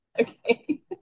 Okay